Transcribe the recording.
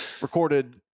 recorded